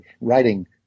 writing